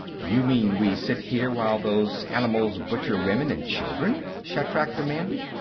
you mean, we sit here while those animals butcher women and children? shatrak demanded,